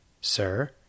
Sir